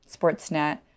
sportsnet